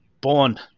born